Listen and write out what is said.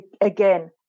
again